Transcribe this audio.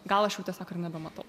gal aš jau tiesiog ir nebematau